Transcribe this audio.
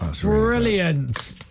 Brilliant